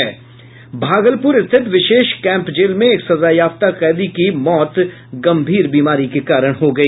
भागलपुर स्थित विशेष camp jail में एक सजायाफ्ता कैदी की मौत गंभीर बीमारी के कारण हो गई